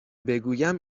بگویم